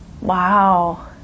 wow